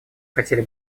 хотели